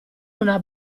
una